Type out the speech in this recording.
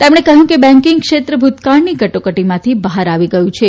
તેમણે કહથું કે બેકીંગ ક્ષેત્ર ભુતકાળની કટોકટીમાંથી બહાર આવી ગયું છે